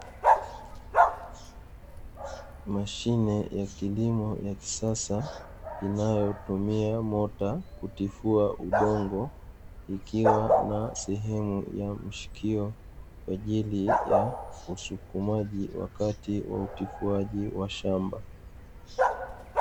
Mashine ya kilimo ya kisasa inayotumia mota kutifua udongo ikiwa na sehemu ya mshikio kwa ajili ya usukumwaji wakati wa utifuaji wa shamba.